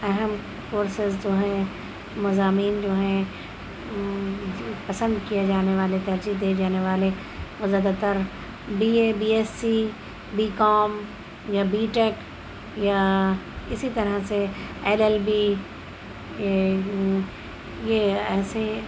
اہم کورسز جو ہیں مضامین جو ہیں پسند کیے جانے والے ترجیح دیے جانے والے زیادہ تر B A B S C B com یا بی ٹیک یا اسی طرح سے ایل ایل بی یہ یہ ایسے